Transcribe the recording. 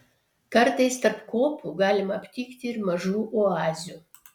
kartais tarp kopų galima aptikti ir mažų oazių